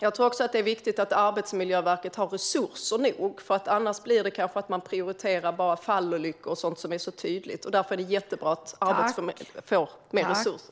Jag tror också att det är viktigt att Arbetsmiljöverket har tillräckliga resurser - annars kanske man bara prioriterar fallolyckor och sådant som är tydligt. Därför är det jättebra att Arbetsmiljöverket får mer resurser.